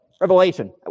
Revelation